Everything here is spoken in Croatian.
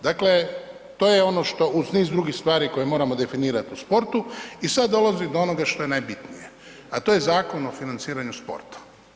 Dakle, to je ono što uz niz drugih stvari koje moramo definirati u sportu i sad dolazi do onoga što je najbitnije, a to je Zakon o financiranju sporta.